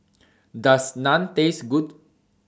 Does Naan Taste Good